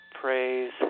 Praise